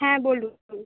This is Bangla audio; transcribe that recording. হ্যাঁ বলুন